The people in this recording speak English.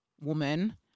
woman